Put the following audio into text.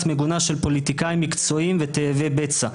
מגונה של פוליטיקאים מקצועיים ותאבי בצע.